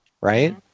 right